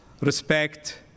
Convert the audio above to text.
respect